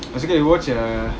oh it's okay we watched uh